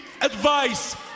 advice